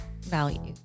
value